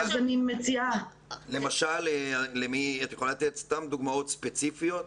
למשל את יכולה סתם דוגמאות ספציפיות?